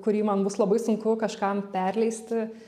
kurį man bus labai sunku kažkam perleisti